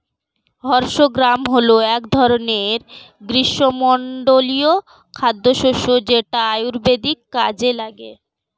horse gram হল এক ধরনের গ্রীষ্মমণ্ডলীয় খাদ্যশস্য যেটা আয়ুর্বেদীয় কাজে লাগে